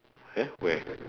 eh where